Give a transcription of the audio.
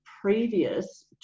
previous